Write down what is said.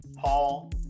Paul